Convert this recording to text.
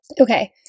Okay